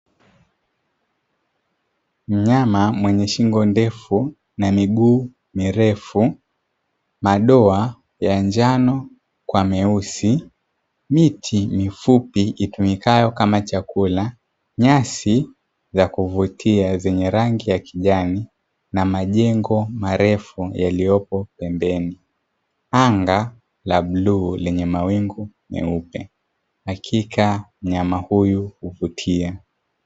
Mnyama mwenye shingo ndefu na miguu mirefu, madoa ya njano kwa meusi; miti mifupi itumikayo kama chakula, nyasi za kuvutia zenye rangi ya kijani; na majengo marefu yaliyopo pembeni, anga la bluu lenye mawingu meupe. Hakika mnyama huyu huvutia.